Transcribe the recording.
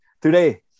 Today